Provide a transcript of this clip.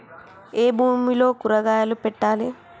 ఏ భూమిలో కూరగాయలు పెట్టాలి?